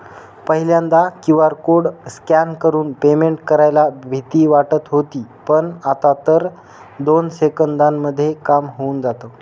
पहिल्यांदा QR code scan करून payment करायला भीती वाटत होती पण, आता तर दोन सेकंदांमध्ये काम होऊन जातं